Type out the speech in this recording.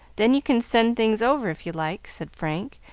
then you can send things over if you like, said frank,